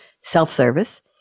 self-service